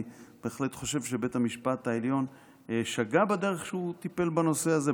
אני בהחלט חושב שבית המשפט העליון שגה בדרך שהוא טיפל בנושא הזה,